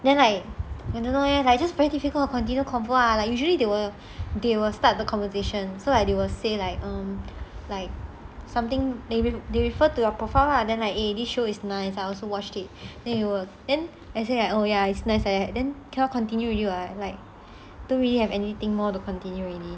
then like I don't know leh just very difficult continue convo lah like usually they will they will start the conversation so like they will say like like something maybe they refer to your profile lah then like eh this show is nice lah I also watched it then I say like ya it's nice then cannot continue the conversation don't really have anything more to continue already